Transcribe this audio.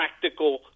practical